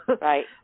right